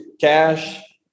Cash